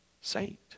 Saint